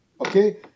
Okay